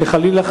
שחלילה,